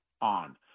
on